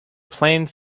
plains